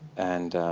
and